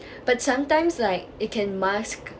but sometimes like it can mask